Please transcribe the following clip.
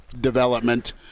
development